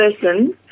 person